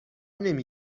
نمی